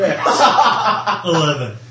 Eleven